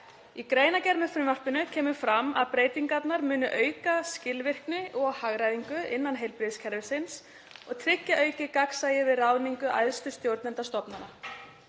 Í greinargerð með frumvarpinu kemur fram að breytingarnar muni auka skilvirkni og hagræðingu innan heilbrigðiskerfisins og tryggja aukið gagnsæi við ráðningu æðstu stjórnenda stofnana.